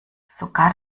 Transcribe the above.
sogar